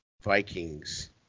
Vikings